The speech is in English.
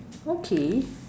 okay